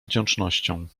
wdzięcznością